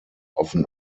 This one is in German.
offen